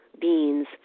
beans